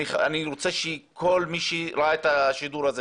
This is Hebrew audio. כל מי שראה את השידור הזה